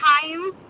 time